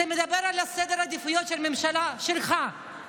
זה מדבר על סדר העדיפויות של הממשלה שלך,